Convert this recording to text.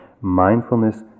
mindfulness